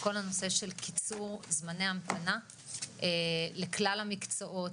כל הנושא של קיצור זמני ההמתנה לכלל המקצועות,